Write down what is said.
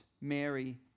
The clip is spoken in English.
Mary